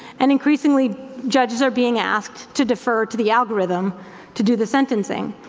and increasingly judges are being asked to defer to the algorithm to do the sentencing.